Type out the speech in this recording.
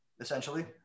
essentially